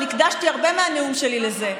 אבל הקדשתי הרבה מהנאום שלי לזה.